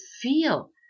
feel